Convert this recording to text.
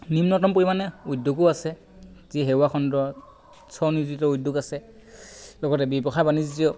নিম্নতম পৰিমাণে উদ্যোগো আছে যি সেৱাখণ্ডৰ স্বনিয়োজিত উদ্যোগ আছে লগতে ব্যৱসায় বাণিজ্য